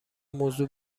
موضوع